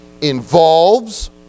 involves